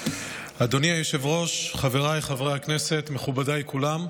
אדוני היושב-ראש, חבריי חברי הכנסת, מכובדיי כולם,